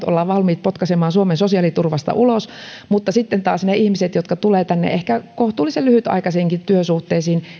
ollaan valmiit potkaisemaan suomen sosiaaliturvasta ulos niin taas niiden ihmisten jotka tulevat tänne ehkä kohtuullisen lyhytaikaisiinkin työsuhteisiin